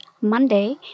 Monday